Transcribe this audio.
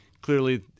clearly